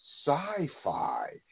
sci-fi